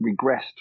regressed